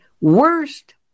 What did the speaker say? worst